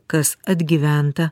kas atgyventa